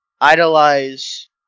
idolize